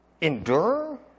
Endure